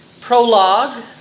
prologue